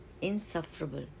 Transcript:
insufferable